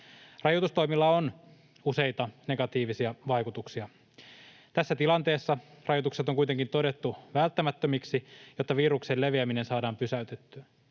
Rajoitustoimilla on useita negatiivisia vaikutuksia. Tässä tilanteessa rajoitukset on kuitenkin todettu välttämättömiksi, jotta viruksen leviäminen saadaan pysäytettyä.